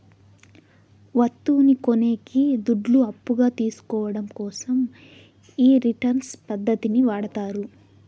వత్తువును కొనేకి దుడ్లు అప్పుగా తీసుకోవడం కోసం ఈ రిటర్న్స్ పద్ధతిని వాడతారు